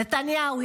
נתניהו,